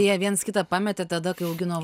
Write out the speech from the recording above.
jie viens kitą pametė tada kai augino